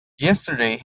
yesterday